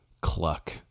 cluck